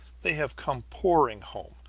they have come pouring home,